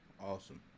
awesome